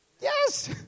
Yes